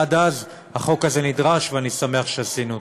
עד אז החוק הזה נדרש, ואני שמח שעשינו אותו.